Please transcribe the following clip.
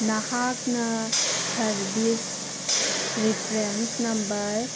ꯅꯍꯥꯛꯅ service reference number